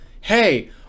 hey